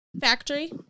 factory